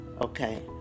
okay